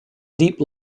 deep